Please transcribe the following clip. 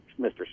Mr